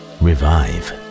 revive